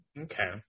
okay